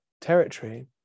territory